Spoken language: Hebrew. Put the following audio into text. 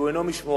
שהוא אינו משמורן,